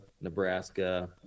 Nebraska